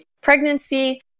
pregnancy